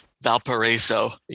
Valparaiso